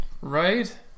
Right